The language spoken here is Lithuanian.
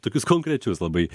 tokius konkrečius labai